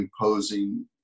imposing